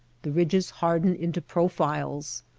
the ridges harden into profiles.